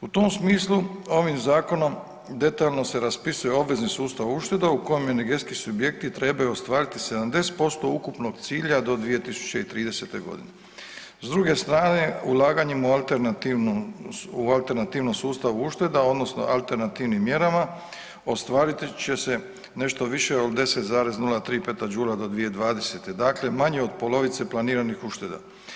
U tom smislu ovim zakonom detaljno se raspisuje obvezni sustav ušteda u kojem energetski subjekti trebaju ostvariti 70% ukupnog cilja do 2030. g. S druge strane, ulaganjem u alternativnu sustavu ušteda, odnosno alternativnim mjerama ostvarit će se nešto više od 10,03 petadžula do 2020., dakle manje od polovice planiranih ušteda.